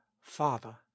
father